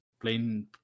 plain